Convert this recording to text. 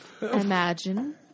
Imagine